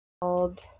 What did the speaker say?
called